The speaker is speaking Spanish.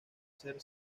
ser